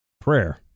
prayer